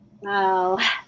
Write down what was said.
Wow